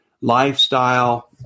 lifestyle